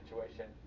situation